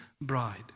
bride